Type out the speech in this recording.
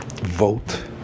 Vote